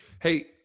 Hey